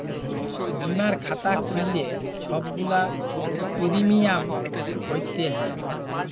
বীমার খাতা খ্যুইল্লে ছব গুলা পিরমিয়াম ভ্যইরতে হ্যয়